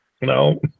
No